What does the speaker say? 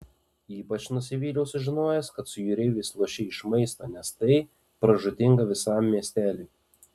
ypač nusivyliau sužinojęs kad su jūreiviais lošei iš maisto nes tai pražūtinga visam miesteliui